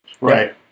Right